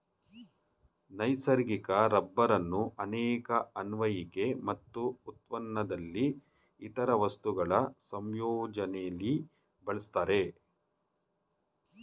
ನೈಸರ್ಗಿಕ ರಬ್ಬರನ್ನು ಅನೇಕ ಅನ್ವಯಿಕೆ ಮತ್ತು ಉತ್ಪನ್ನದಲ್ಲಿ ಇತರ ವಸ್ತುಗಳ ಸಂಯೋಜನೆಲಿ ಬಳಸ್ತಾರೆ